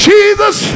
Jesus